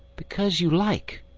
because you like.